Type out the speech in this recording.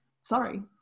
Sorry